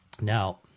Now